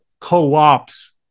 co-ops